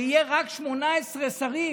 שמעתי שיהיו רק 18 שרים,